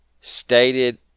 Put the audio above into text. stated